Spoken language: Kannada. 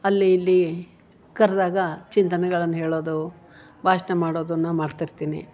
ಅಲ್ಲಿ ಇಲ್ಲಿ ಕರ್ದಾಗ ಚಿಂತನೆಗಳನ್ನ ಹೇಳೋದು ಭಾಷ್ಣ ಮಾಡೋದನ್ನ ಮಾಡ್ತಿರ್ತೀನಿ